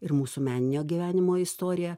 ir mūsų meninio gyvenimo istoriją